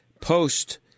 post